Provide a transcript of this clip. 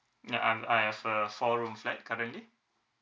ya I'm I have a four room flat currently